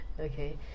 Okay